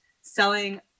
selling